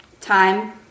time